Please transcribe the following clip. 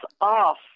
off